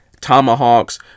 Tomahawks